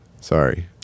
Sorry